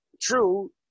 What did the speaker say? True